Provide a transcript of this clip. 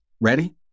Ready